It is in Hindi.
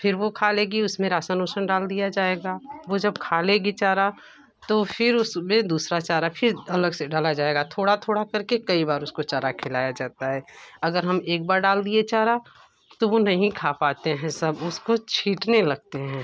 फिर वो खा लेगी उसमें राशन ओसन डाल दिया जाएगा वो जब खा लेगी चारा तो फिर उसमें दूसरा चारा फिर अलग से डाला जाएगा थोड़ा थोड़ा करके कई बार उसको चारा खिलाया जाता है अगर हम एक बार डाल दिए चारा तो वो नहीं खा पाते हैं सब उसको छींटने लगते हैं